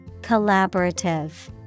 Collaborative